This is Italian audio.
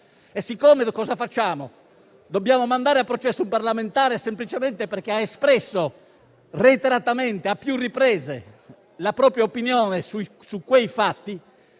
facciamo? Dobbiamo mandare al processo un parlamentare semplicemente perché ha espresso reiteratamente, a più riprese, la propria opinione su quei fatti?